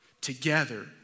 together